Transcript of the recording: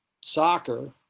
soccer